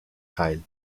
teil